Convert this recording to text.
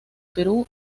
perú